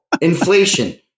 inflation